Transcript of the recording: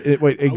Wait